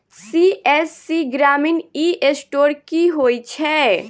CSC ग्रामीण e store की होइ छै?